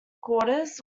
quarters